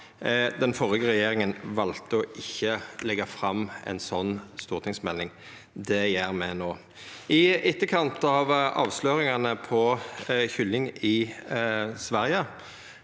Den førre regjeringa valde ikkje å leggja fram ei slik stortingsmelding. Det gjer me no. I etterkant av avsløringane om kylling i Sverige